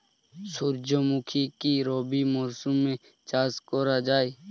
সুর্যমুখী কি রবি মরশুমে চাষ করা যায়?